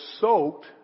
soaked